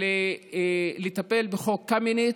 לטפל בחוק קמיניץ,